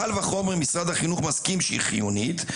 קל וחומר אם משרד החינוך מסכים שהיא חיונית,